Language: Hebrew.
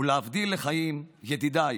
ולהבדיל לחיים ידידיי